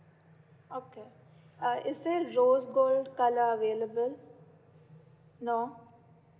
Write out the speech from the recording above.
okay uh is there rose gold colour available no